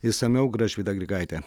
išsamiau gražvyda grigaitė